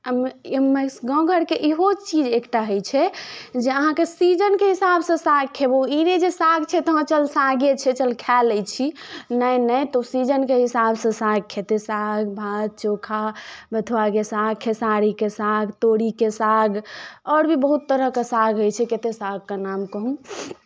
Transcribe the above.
एहिमे गाँव घरके इहो चीज एकटा होइ छै जे अहाँकेँ सीजनके हिसाबसँ साग खयबौ ई नहि जे साग छै तऽ हँ चल सागे छै चल खाए लैत छी नहि नहि तोँ सीजनके हिसाबसँ साग खयतै साग भात चोखा बथुआके साग खेसारीके साग तोरीके साग आओर भी बहुत तरहके साग होइ छै कतेक सागके नाम कहू